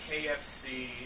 KFC